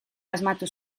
asmatu